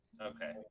okay